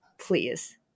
Please